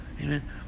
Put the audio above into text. Amen